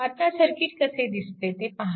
आता सर्किट कसे दिसते ते पहा